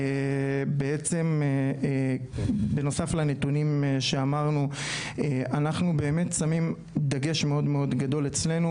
בעצם בנוסף לנתונים שאמרנו אנחנו באמת שמים דגש מאוד מאוד גדול אצלנו,